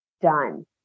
done